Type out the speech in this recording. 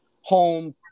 Home